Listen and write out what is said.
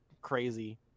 crazy